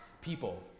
people